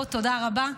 תודה רבה,